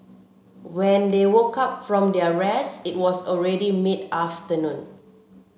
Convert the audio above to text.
when they woke up from their rest it was already mid afternoon